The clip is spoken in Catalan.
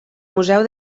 museu